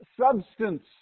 substance